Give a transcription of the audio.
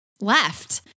left